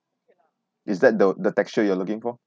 is that the the texture you are looking for